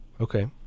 Okay